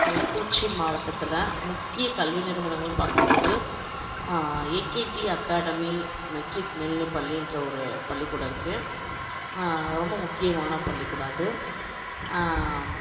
கள்ளக்குறிச்சி மாவட்டத்தில் முக்கிய கல்வி நிறுவனங்கள்னு பார்க்கும் போது ஏகேடி அக்காடமி மெட்ரிக் மேல்நிலை பள்ளின்ற ஒரு பள்ளிக்கூடம் இருக்குது ரொம்ப முக்கியமான பள்ளிக்கூடம் அது